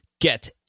get